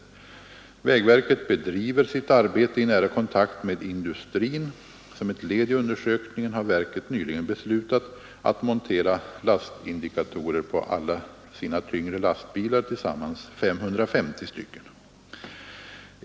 Vägverket bedriver sitt arbete i nära kontakt med industrin. Som ett led i undersökningen har verket nyligen beslutat att montera lastindikatorer på alla sina tyngre lastbilar, tillsammans 550 stycken.